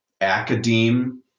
academe